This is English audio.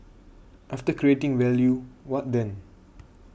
after creating value what then